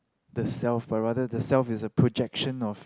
the self but rather the self is a projection of